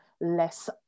less